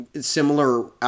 similar